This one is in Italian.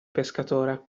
pescatore